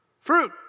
Fruit